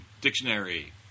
Dictionary